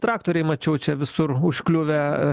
traktoriai mačiau čia visur užkliuvę